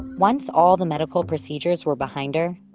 once all the medical procedures were behind her,